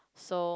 so